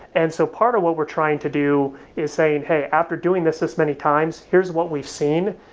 and so part of what we're trying to do is saying, hey, after doing this as many times, here is what we've seen.